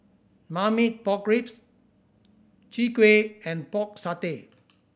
Marmite Pork Ribs Chwee Kueh and Pork Satay